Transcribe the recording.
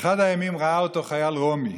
באחד הימים ראה אותו חייל רומי,